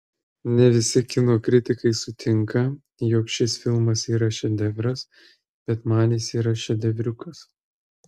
ne visi kino kritikai sutinka jog šis filmas yra šedevras bet man jis yra šedevriukas